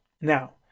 Now